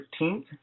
13th